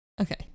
Okay